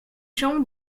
jambes